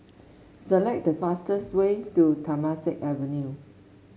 select the fastest way to Temasek Avenue